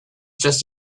just